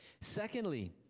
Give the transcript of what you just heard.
Secondly